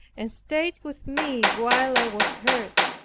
and stayed with me while i was heard.